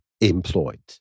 employed